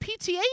PTA